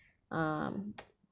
um